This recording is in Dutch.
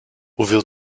hoeveel